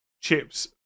chips